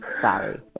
sorry